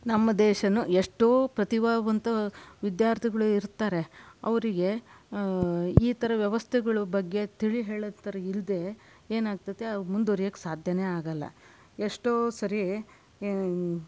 ನಮ್ಮ ದೇಶನೂ ಎಷ್ಟೋ ಪ್ರತಿಭಾವಂತ ವಿದ್ಯಾರ್ಥಿಗಳೇ ಇರ್ತಾರೆ ಅವರಿಗೆ ಈ ಥರ ವ್ಯವಸ್ಥೆಗಳು ಬಗ್ಗೆ ತಿಳಿ ಹೇಳೋ ಥರ ಇಲ್ದೇ ಏನಾಗ್ತದೆ ಅವು ಮುಂದುವರಿಯೋಕ್ಕೆ ಸಾಧ್ಯನೇ ಆಗಲ್ಲ ಎಷ್ಟೋ ಸರೀ